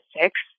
six